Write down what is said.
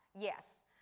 yes